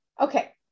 okay